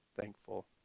thankful